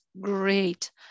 great